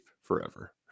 forever